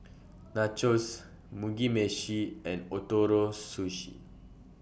Nachos Mugi Meshi and Ootoro Sushi